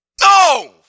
no